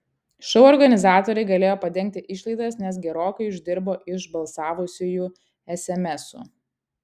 šou organizatoriai galėjo padengti išlaidas nes gerokai uždirbo iš balsavusiųjų esemesų